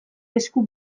esku